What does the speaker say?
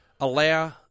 allow